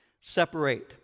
Separate